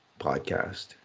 podcast